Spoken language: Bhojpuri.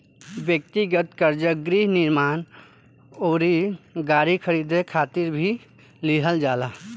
ब्यक्तिगत कर्जा गृह निर्माण अउरी गाड़ी खरीदे खातिर भी लिहल जाला